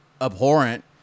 abhorrent